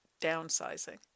downsizing